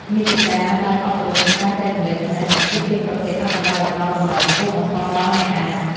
មាតិកាបែបអប់រំ និងការចែករំលែកចំណេះដឹង គឺជាប្រភេទអត្ថបទដែលផ្តល់តម្លៃខ្ពស់បំផុតដល់អ្នកអាន។